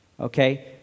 okay